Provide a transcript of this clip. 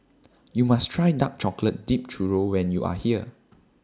YOU must Try Dark Chocolate Dipped Churro when YOU Are here